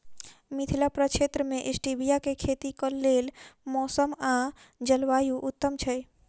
मिथिला प्रक्षेत्र मे स्टीबिया केँ खेतीक लेल मौसम आ जलवायु उत्तम छै?